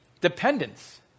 Dependence